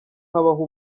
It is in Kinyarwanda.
habaho